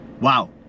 wow